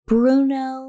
Bruno